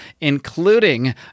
including